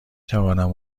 توانم